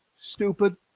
stupid